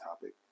topic